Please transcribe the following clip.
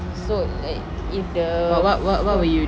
so like if the for~